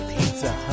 Pizza